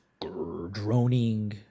droning